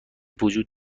وجود